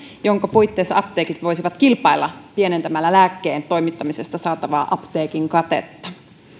jonka puitteissa apteekit voisivat kilpailla pienentämällä lääkkeen toimittamisesta saatavaa apteekin katetta